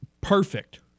perfect